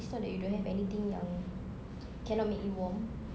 it's not that you don't have anything yang cannot make you warm